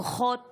כוחות